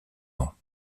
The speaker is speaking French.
ans